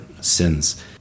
sins